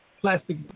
Plastic